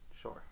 sure